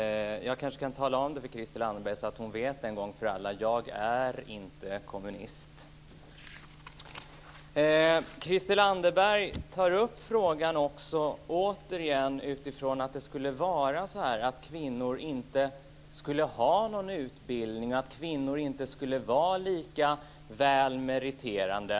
Jag kanske kan tala om för Christel Anderberg så att hon vet det en gång för alla: Jag är inte kommunist. Christel Anderberg tar återigen upp frågan utifrån att kvinnor inte skulle ha någon utbildning och inte skulle vara lika väl meriterade.